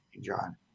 John